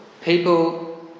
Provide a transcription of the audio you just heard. people